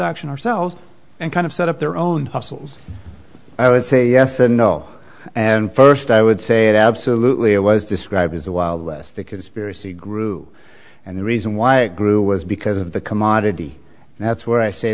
action ourselves and kind of set up their own muscles i would say yes and no first i would say that absolutely it was described as the wild west a conspiracy group and the reason why it grew was because of the commodity and that's where i say